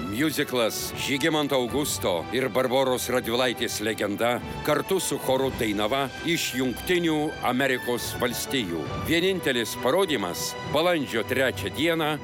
miuziklas žygimanto augusto ir barboros radvilaitės legenda kartu su choru dainava iš jungtinių amerikos valstijų vienintelis parodymas balandžio trečią dieną